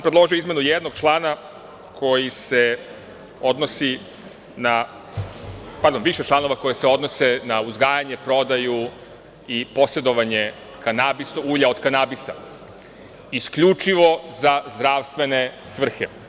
Predložio sam izmenu jednog člana koji se odnosi na, pardon, više članova, koji se odnose na uzgajanje, prodaju i posedovanje kanabisa, ulja od kanabisa, isključivo za zdravstvene svrhe.